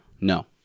No